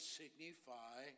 signify